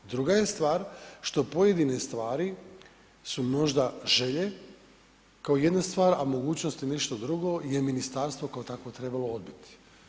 Druga je stvar što pojedine stvari su možda želje, kao jedna stvar, a mogućnost je nešto drugo je ministarstvo kao takvo trebalo odbiti.